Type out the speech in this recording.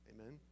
Amen